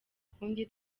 kundi